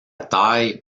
taille